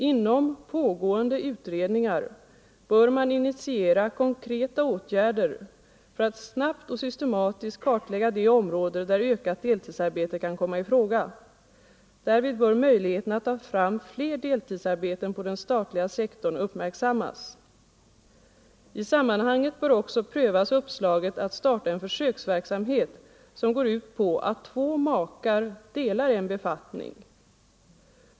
Inom pågående utredningar bör man initiera konkreta åtgärder för att snabbt och systematiskt kartlägga de områden där ökat deltidsarbete kan komma i fråga. Därvid bör möjligheterna att ta fram fler deltidsarbeten på den statliga sektorn uppmärksammas. I sammanhanget bör också prövas uppslaget att starta en försöksverksamhet som går ut på att två makar delar en befattning.